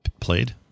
played